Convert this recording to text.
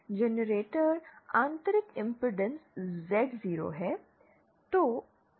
generator आंतरिक impedance Z0 है